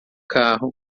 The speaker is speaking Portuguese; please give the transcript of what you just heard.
carro